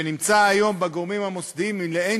שנמצאת היום אצל הגורמים המוסדיים היא לאין